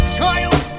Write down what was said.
child